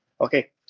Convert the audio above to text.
okay